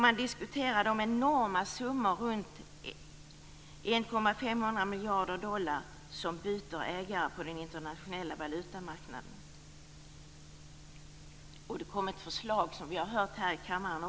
Man diskuterade de enorma summor, ca 1 500 miljarder dollar, som byter ägare på den internationella valutamarknaden. Det kom också ett förslag, som vi hört om här i kammaren.